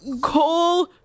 Cole